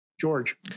George